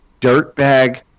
dirtbag